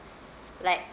like